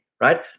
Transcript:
right